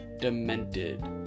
Demented